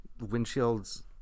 windshields